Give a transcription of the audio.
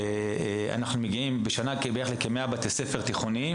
אנחנו מגיעים בשנה לבערך כ-100 בתי ספר תיכוניים,